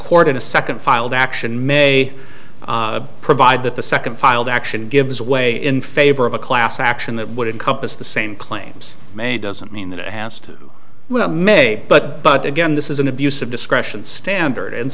court in a second filed action may provide that the second filed action gives way in favor of a class action that would encompass the same claims made doesn't mean that it has to win a may but but again this is an abuse of discretion standard and